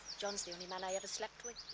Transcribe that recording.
john's only man i ever slept with,